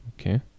Okay